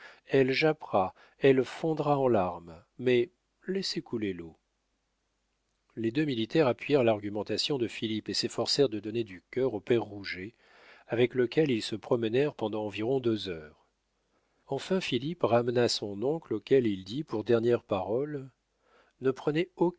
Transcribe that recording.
elle fondra en larmes mais laissez couler l'eau les deux militaires appuyèrent l'argumentation de philippe et s'efforcèrent de donner du cœur au père rouget avec lequel ils se promenèrent pendant environ deux heures enfin philippe ramena son oncle auquel il dit pour dernière parole ne